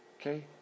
Okay